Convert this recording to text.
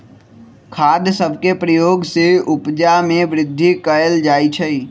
खाद सभके प्रयोग से उपजा में वृद्धि कएल जाइ छइ